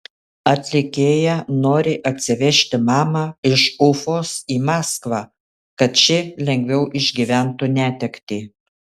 atlikėja nori atsivežti mamą iš ufos į maskvą kad ši lengviau išgyventų netektį